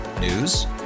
News